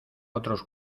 otros